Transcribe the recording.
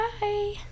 bye